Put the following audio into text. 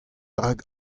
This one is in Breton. rak